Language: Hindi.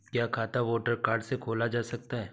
क्या खाता वोटर कार्ड से खोला जा सकता है?